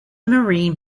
marine